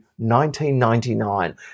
1999